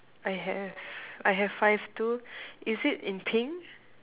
I have I have five too is it in pink